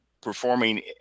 performing